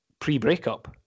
pre-breakup